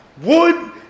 Wood